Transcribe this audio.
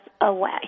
away